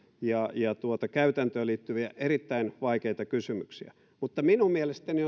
ja ja käytäntöön liittyviä erittäin vaikeita kysymyksiä mutta minun mielestäni